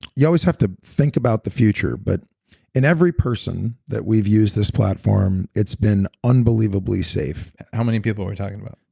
you always have to think about the future. but in every person that we've used this platform, it's been unbelievably safe how many people are we talking about?